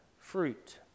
fruit